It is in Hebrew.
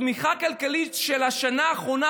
צמיחה כלכלית של השנה האחרונה,